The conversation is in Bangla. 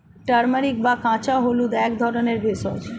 টার্মেরিক বা কাঁচা হলুদ হল এক ধরনের ভেষজ